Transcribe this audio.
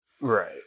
Right